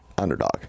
underdog